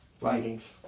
Vikings